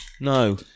No